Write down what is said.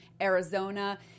Arizona